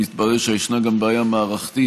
אם מתברר שישנה גם בעיה מערכתית,